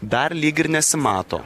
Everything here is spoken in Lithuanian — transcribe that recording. dar lyg ir nesimato